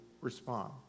respond